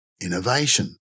innovation